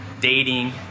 dating